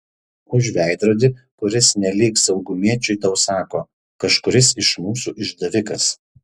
už veidrodį kuris nelyg saugumiečiui tau sako kažkuris iš mūsų išdavikas